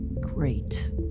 great